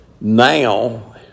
now